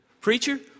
Preacher